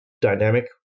dynamic